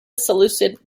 seleucid